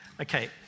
Okay